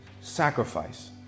Sacrifice